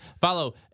follow